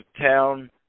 town